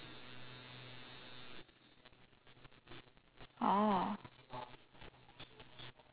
oh